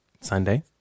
sunday